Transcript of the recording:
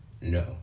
No